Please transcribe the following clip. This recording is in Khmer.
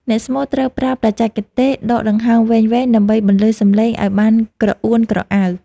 អ្នកស្មូតត្រូវប្រើបច្ចេកទេសដកដង្ហើមវែងៗ ដើម្បីបន្លឺសំនៀងឱ្យបានក្រអួនក្រអៅ។